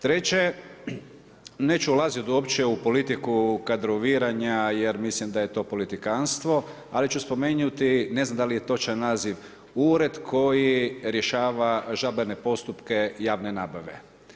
Treće, neću ulaziti uopće u politiku kadroviranja jer mislim da je to politikanstvo, ali ću spomenuti, ne znam da li je točan naziv ured koji rješava žalbene postupke javne nabave.